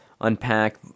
unpack